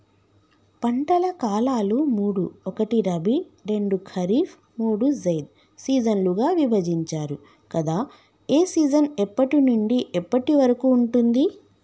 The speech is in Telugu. పంటల కాలాలు మూడు ఒకటి రబీ రెండు ఖరీఫ్ మూడు జైద్ సీజన్లుగా విభజించారు కదా ఏ సీజన్ ఎప్పటి నుండి ఎప్పటి వరకు ఉంటుంది?